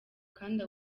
kandi